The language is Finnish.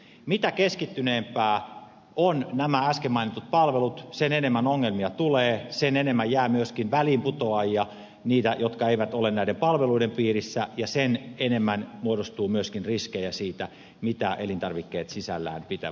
mitä keskittyneempiä ovat nämä äsken mainitut palvelut sitä enemmän ongelmia tulee sitä enemmän jää myöskin väliinputoajia niitä jotka eivät ole näiden palveluiden piirissä ja sitä enemmän muodostuu myöskin riskejä siitä mitä elintarvikkeet sisällään pitävät